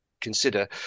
consider